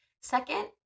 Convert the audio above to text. Second